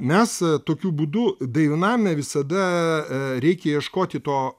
mes tokiu būdu dainavime visada reikia ieškoti to